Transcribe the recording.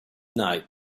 night